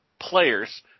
players